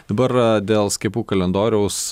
dabar dėl skiepų kalendoriaus